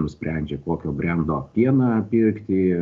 nusprendžia kokio brendo pieną pirkti